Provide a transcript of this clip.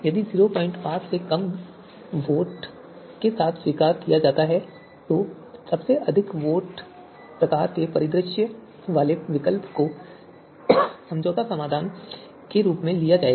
यदि 05 से भी कम वोट वोट के साथ स्वीकार किया जाता है तो सबसे अधिक वोट प्रकार के परिदृश्य वाले विकल्प को समझौता समाधान के रूप में लिया जाएगा